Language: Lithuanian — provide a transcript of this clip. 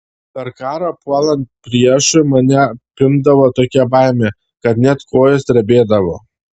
per karą puolant priešui mane apimdavo tokia baimė kad net kojos drebėdavo